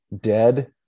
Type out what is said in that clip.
dead